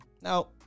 now